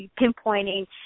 pinpointing